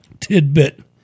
tidbit